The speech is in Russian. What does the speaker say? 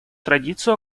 традицию